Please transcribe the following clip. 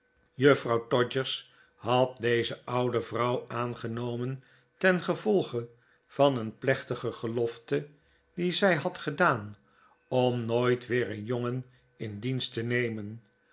juffrouw todgers had deze oude vrouw aangenomen tengevolge van een plechtige gelofte die zij had gedaan om nooit weer een jongen in dienst te nemen